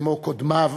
כמו קודמיו,